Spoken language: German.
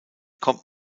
kommt